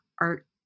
art